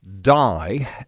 die